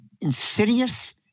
insidious